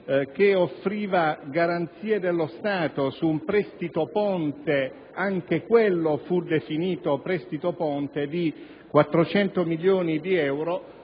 che offriva garanzie dello Stato su un prestito ponte (anche quello fu definito prestito ponte) di 400 milioni di euro